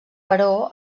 però